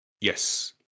Yes